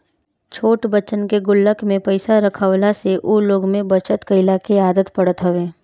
छोट बच्चन के गुल्लक में पईसा रखवला से उ लोग में बचत कइला के आदत पड़त हवे